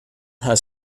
has